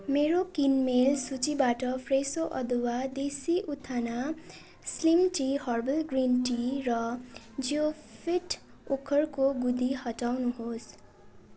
मेरो किनमेल सूचीबाट फ्रेसो अदुवा देसी उत्थाना slim tea herbal green tea र जिओफिट ओक्खरको गुदी हटाउनुहोस्